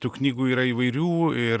tų knygų yra įvairių ir